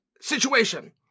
situation